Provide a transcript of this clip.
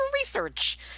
research